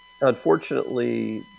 Unfortunately